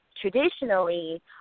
traditionally